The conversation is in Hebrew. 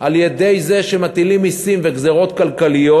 על-ידי זה שמטילים מסים וגזירות כלכליות,